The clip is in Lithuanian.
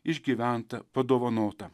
išgyventa padovanota